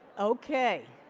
ok